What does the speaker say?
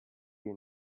you